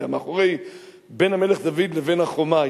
בין "המלך דוד" לבין החומה,